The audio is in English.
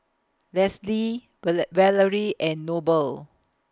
Leslee Valerie and Noble